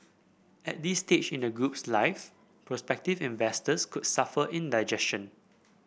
at this stage in the group's life prospective investors could suffer indigestion